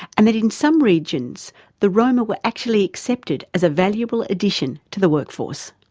and that in some regions the roma were actually accepted as a valuable addition to the work force.